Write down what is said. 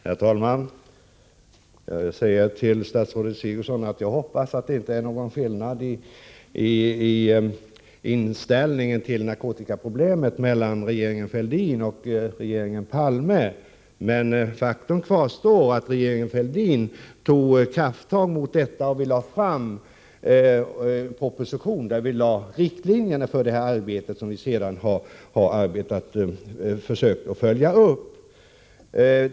Herr talman! Jag vill säga till statsrådet Sigurdsen att jag hoppas att det inte är någon skillnad i inställningen till narkotikaproblemet mellan regeringen Fälldin och regeringen Palme. Men faktum kvarstår att regeringen Fälldin tog krafttag mot detta problem, och vi lade fram en proposition där riktlinjerna slogs fast för det arbete som vi sedan har försökt att följa upp.